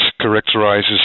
characterizes